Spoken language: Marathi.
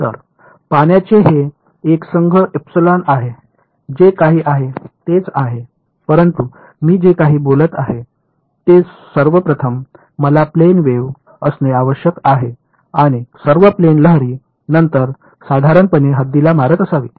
तर पाण्याचे हे एकसंध एपिसलन आहे जे काही आहे तेच आहे परंतु मी जे काही बोलत आहे ते सर्वप्रथम मला प्लेन वेव्ह असणे आवश्यक आहे आणि सर्व प्लेन लहरी नंतर साधारणपणे हद्दीला मारत असावी